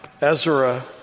Ezra